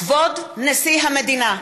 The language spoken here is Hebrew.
כבוד נשיא המדינה!